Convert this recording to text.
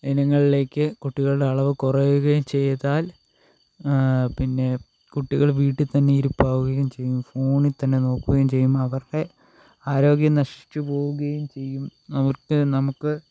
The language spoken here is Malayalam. ഇനങ്ങളിലേയ്ക്ക് കുട്ടികളുടെ അളവ് കുറയുകയും ചെയ്താൽ പിന്നെ കുട്ടികൾ വീട്ടിൽ തന്നെ ഇരിപ്പാവുകയും ചെയ്യും ഫോണി തന്നെ നോക്കുകയും ചെയ്യും അവരുടെ ആരോഗ്യം നശിച്ച് പോകുകയും ചെയ്യും അവർക്ക് നമുക്ക്